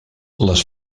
les